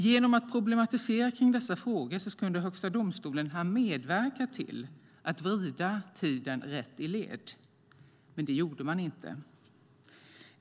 Genom att problematisera kring dessa frågor kunde Högsta domstolen ha medverkat till att vrida tiden rätt, men det gjorde man inte.